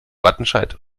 wattenscheid